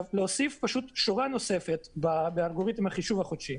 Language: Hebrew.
להוסיף פשוט שורה נוספת באלגוריתם החישוב החודשי.